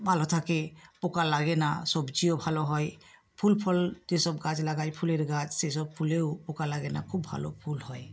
ভালো থাকে পোকা লাগে না সবজিও ভালো হয় ফুল ফল যেসব গাছ লাগাই ফুলের গাছ সেসব ফুলেও পোকা লাগে না খুব ভালো ফুল হয়